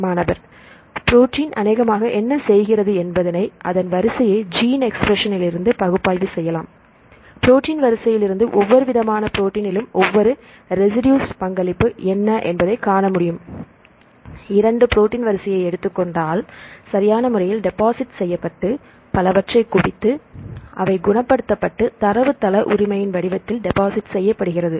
மாணவர் புரோட்டின் அனேகமாக என்ன செய்கிறது என்பதனை அதன் வரிசையை ஜீன் எக்ஸ்பிரஷன் இலிருந்து பகுப்பாய்வு செய்யலாம் புரோட்டின் வரிசையிலிருந்து ஒவ்வொருவிதமான புரோட்டின்லும் ஒவ்வொரு ரஸிடுஸ் பங்களிப்பு என்ன என்பதை காணமுடியும் இரண்டு புரோட்டின் வரிசையை எடுத்துக்கொண்டால் சரியான முறையில் டெபாசிட் செய்யப்பட்டு பலவற்றை குவித்து அதை குணப்படுத்த பட்டு தரவுத்தள உரிமையின் வடிவத்தில் டெபாசிட் செய்யப்படுகிறது